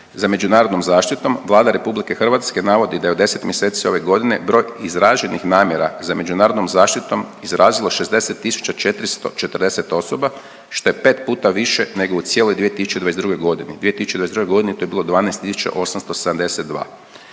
za međunarodnom zaštitom Vlada RH navodi da je u 10 mjeseci ove godine broj izraženih namjera za međunarodnom zaštitom izrazilo 60440 osoba što je pet puta više nego u cijeloj 2022. godini. U 2022. godini to je bilo 12872.